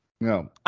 No